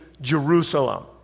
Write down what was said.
Jerusalem